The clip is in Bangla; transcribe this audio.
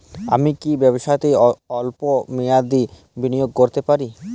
আমি কি ব্যবসাতে স্বল্প মেয়াদি বিনিয়োগ করতে পারি?